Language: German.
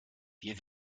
wir